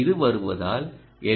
இதுவருவதால் L